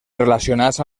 relacionats